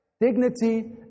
dignity